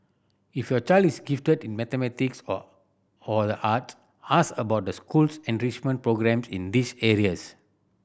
if your child is gifted in mathematics or or the art ask about the school's enrichment programme in these areas